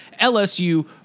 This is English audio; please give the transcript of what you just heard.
LSU